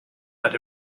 that